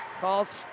Calls